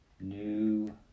New